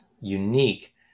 unique